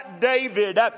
David